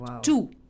two